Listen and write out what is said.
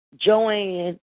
Joanne